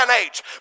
age